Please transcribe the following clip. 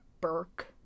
Burke